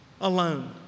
alone